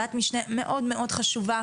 ועדת המשנה מאוד מאוד חשובה,